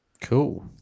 cool